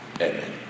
Amen